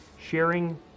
sharing